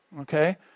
Okay